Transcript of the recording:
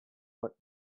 what